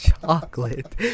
chocolate